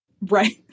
Right